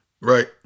right